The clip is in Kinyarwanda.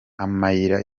amayira